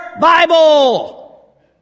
Bible